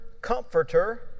comforter